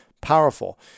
Powerful